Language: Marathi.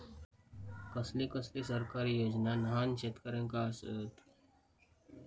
कसले कसले सरकारी योजना न्हान शेतकऱ्यांना आसत?